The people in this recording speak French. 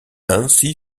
ainsi